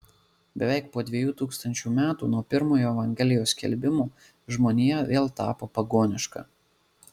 beveik po dviejų tūkstančių metų nuo pirmojo evangelijos skelbimo žmonija vėl tapo pagoniška